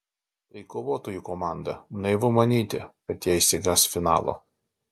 tai kovotojų komanda naivu manyti kad jie išsigąs finalo